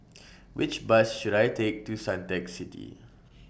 Which Bus should I Take to Suntec City